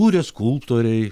kūrė skulptoriai